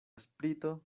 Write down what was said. sprito